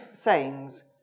sayings